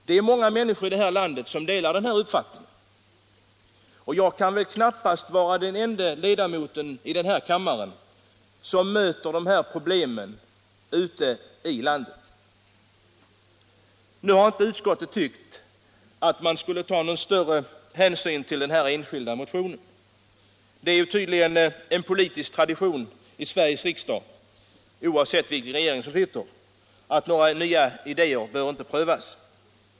Det är många människor i detta land som delar den här uppfattningen, och jag kan väl knappast vara den ende ledamoten av denna kammare som möter de här problemen ute i landet. Nu har inte utskottet ansetts sig böra ta någon större hänsyn till den här enskilda motionen. Det är tydligen en politisk tradition i Sveriges riksdag — oavsett vilken regering som sitter — att några nya idéer inte bör prövas.